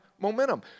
momentum